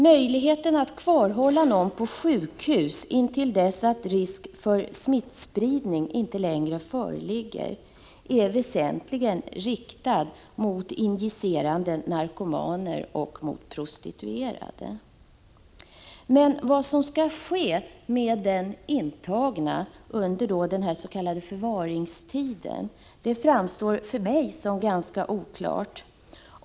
Möjligheten att kvarhålla någon på sjukhus intill dess att risk för smittspridning inte längre föreligger är väsentligen riktad mot injicerande narkomaner och prostituerade. Men vad som skall ske med den intagne under den s.k. förvaringstiden framstår för mig som ganska oklart.